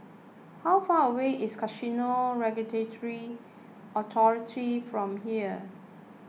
how far away is Casino Regulatory Authority from here